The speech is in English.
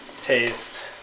taste